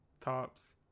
tops